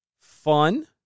fun